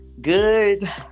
good